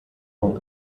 nun